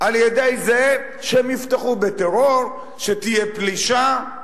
על-ידי זה שהם יפתחו בטרור, שתהיה פלישה,